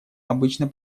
обычно